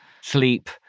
sleep